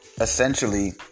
essentially